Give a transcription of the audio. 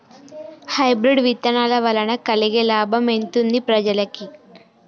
Hybrid విత్తనాల వలన కలిగే లాభం ఎంతుంది ప్రజలకి?